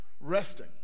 resting